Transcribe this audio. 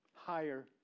higher